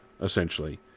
essentially